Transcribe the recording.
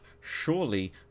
surely